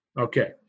Okay